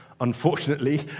unfortunately